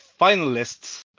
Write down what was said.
finalists